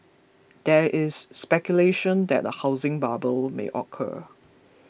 there is speculation that a housing bubble may occur